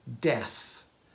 death